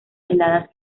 heladas